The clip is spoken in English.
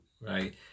Right